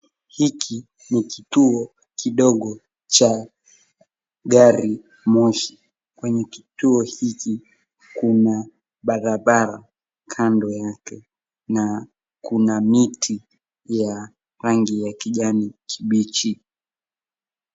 Hiki ni kituo kidogo cha garimoshi. Kwenye kituo hiki, kuna barabara kando yake, na kuna miti ya rangi ya kijani kibichi.